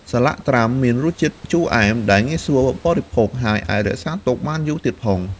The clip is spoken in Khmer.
សាឡាក់ត្រាំមានរសជាតិជូរអែមដែលងាយស្រួលបរិភោគ ហើយអាចរក្សាទុកបានយូរទៀតផង។